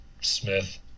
Smith